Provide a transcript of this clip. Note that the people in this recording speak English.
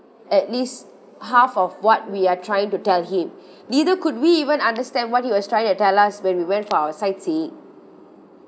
at least half of what we are trying to tell him neither could we even understand what he was trying to tell us when we went for our sightseeing